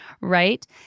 right